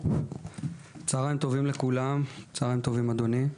צוהריים טובים לכולם, צוהריים טובים אדוני.